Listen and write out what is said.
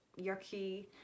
yucky